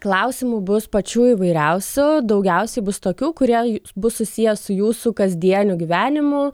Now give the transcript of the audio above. klausimų bus pačių įvairiausių daugiausiai bus tokių kurie bus susiję su jūsų kasdieniu gyvenimu